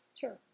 sure